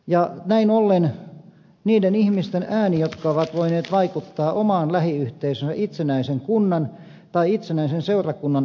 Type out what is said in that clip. ja näin ollen niiden ihmisten äänet jotka ovat voineet vaikuttaa omaan lähiyhteisöönsä itsenäisen kunnan tai itsenäisen seurakunnan aikana vähenevät